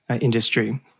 industry